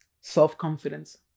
Self-confidence